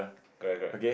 correct correct